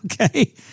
okay